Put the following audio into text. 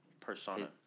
persona